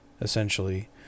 essentially